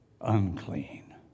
unclean